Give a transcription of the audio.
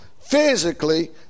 physically